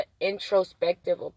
introspective